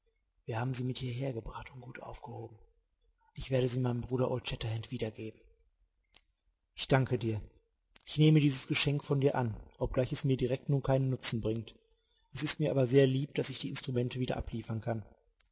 wir haben sie mit hierher gebracht und gut aufgehoben ich werde sie meinem bruder old shatterhand wiedergeben ich danke dir ich nehme dieses geschenk von dir an obgleich es mir direkt nun keinen nutzen bringt es ist mir aber sehr lieb daß ich die instrumente wieder abliefern kann